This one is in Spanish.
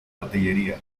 artillería